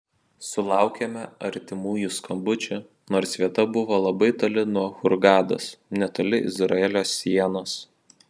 sulaukėme artimųjų skambučių nors vieta buvo labai toli nuo hurgados netoli izraelio sienos